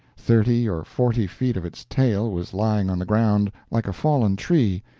thirty or forty feet of its tail was lying on the ground, like a fallen tree,